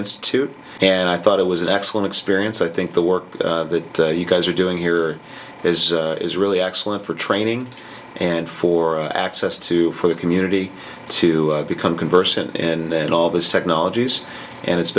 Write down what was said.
institute and i thought it was an excellent experience i think the work that you guys are doing here is is really excellent for training and for access to for the community to become conversant and all those technologies and it's